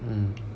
mm